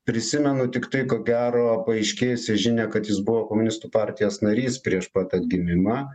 prisimenu tiktai ko gero paaiškėjusią žinią kad jis buvo komunistų partijos narys prieš pat atgimimą